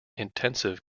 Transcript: intensive